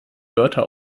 wörter